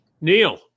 Neil